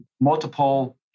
multiple